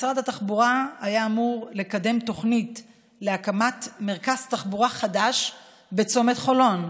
משרד התחבורה היה אמור לקדם תוכנית להקמת מרכז תחבורה חדש בצומת חולון,